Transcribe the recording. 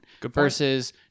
versus